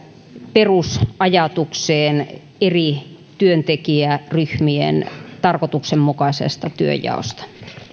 perusajatukseen eri työntekijäryhmien tarkoituksenmukaisesta työnjaosta